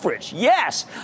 Yes